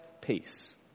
peace